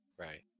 Right